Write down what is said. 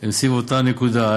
הן סביב אותה נקודה.